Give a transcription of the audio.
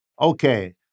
Okay